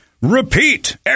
Repeat